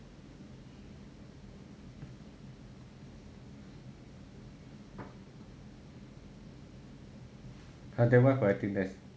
!huh! then what if I think less